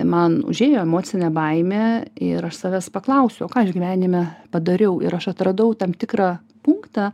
man užėjo emocinė baimė ir aš savęs paklausiau o ką aš gyvenime padariau ir aš atradau tam tikrą punktą